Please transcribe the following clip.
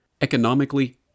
Economically